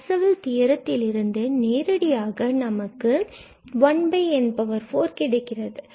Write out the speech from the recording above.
Parseval தியரத்தில் இருந்து நேரடியாக நமக்கு 1n4 கிடைக்கிறது